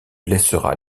laissera